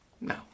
No